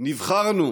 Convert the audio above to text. נבחרנו